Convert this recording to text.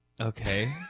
Okay